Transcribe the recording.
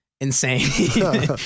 insane